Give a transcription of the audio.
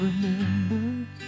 remember